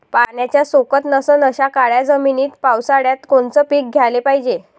पाण्याचा सोकत नसन अशा काळ्या जमिनीत पावसाळ्यात कोनचं पीक घ्याले पायजे?